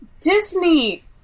Disney